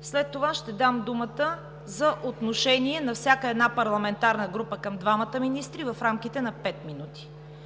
след това ще дам думата за отношение на всяка една парламентарна група към двамата министри в рамките на пет минути.